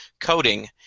coding